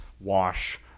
wash